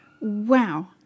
wow